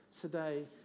today